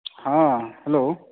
हॅं हेलो